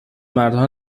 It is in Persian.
مردها